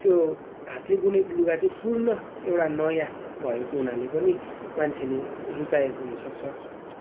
त्यो हातले बुनेको लुगा चाहिँ पूर्ण एउटा नयाँ भएको हुनाले पनि मान्छे रुचाएको हुनसक्छ